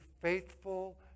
faithful